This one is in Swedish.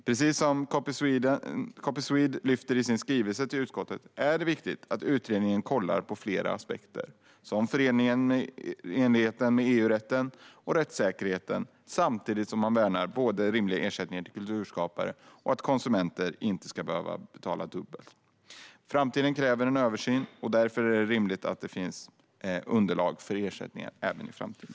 Precis som Copyswede framhåller i sin skrivelse till utskottet är det viktigt att utredningen tittar på flera aspekter, som förenligheten med EU-rätten och rättssäkerheten, samtidigt som man värnar rimliga ersättningar till kulturskaparna och att konsumenter inte ska behöva betala dubbelt. Men framtiden kräver en översyn, och därför är det rimligt att det finns underlag för ersättningar även i framtiden.